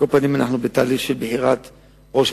רצוני